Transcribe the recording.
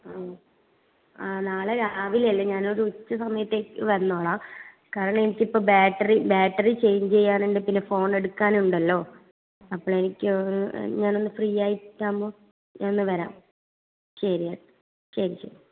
ആ നാളെ രാവിലെ അല്ല ഞാൻ ഒരു ഉച്ച സമയത്തേക് വന്നോളാം കാരണം എനിക്ക് ഇപ്പോൾ ബാറ്ററി ബാറ്ററി ചേഞ്ച് ചെയ്യാനുണ്ട് പിന്നെ ഫോണ് എടുക്കാൻ ഉണ്ടല്ലോ അപ്പോൾ എനിക്ക് ഞാൻ ഒന്ന് ഫ്രീ ആയിട്ടാകുമ്പോൾ ഞാൻ ഒന്ന് വരാം ശരിയെ ശരി ശരി